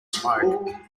smoke